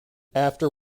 after